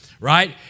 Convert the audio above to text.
right